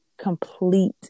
complete